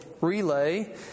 relay